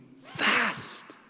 fast